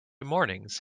mornings